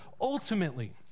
ultimately